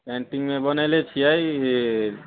कैंटीनमे बनयले छियै ई